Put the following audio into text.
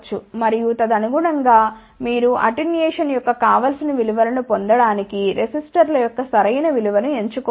మరియు తదనుగుణం గా మీరు అటెన్యుయేషన్ యొక్క కావలసిన విలువను పొందటానికి రెసిస్టర్ల యొక్క సరైన విలువను ఎంచుకోవచ్చు